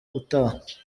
utaha